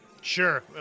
Sure